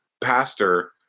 pastor